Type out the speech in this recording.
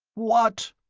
what?